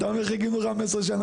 אתה אומר חיכינו 15 שנה,